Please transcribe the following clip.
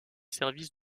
services